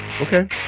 Okay